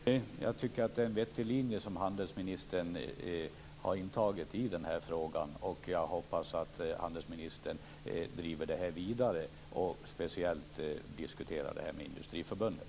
Herr talman! Jag tycker att det är en vettig linje som handelsministern har intagit i den här frågan. Jag hoppas att handelsministern driver det vidare och speciellt diskuterar det med Industriförbundet.